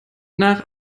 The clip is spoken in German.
nach